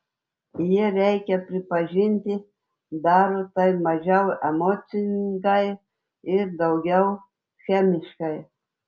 jie reikia pripažinti daro tai mažiau emocingai ir daugiau schemiškai